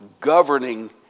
governing